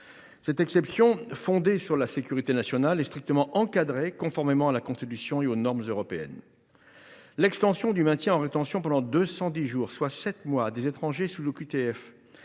Cette exception, fondée sur la sécurité nationale, est strictement encadrée, conformément à la Constitution et aux normes européennes. L’extension du maintien en rétention pendant 210 jours, soit 7 mois, à des étrangers sous OQTF,